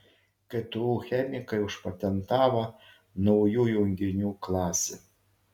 ktu chemikai užpatentavo naujų junginių klasę